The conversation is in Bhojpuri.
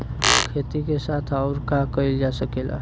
खेती के साथ अउर का कइल जा सकेला?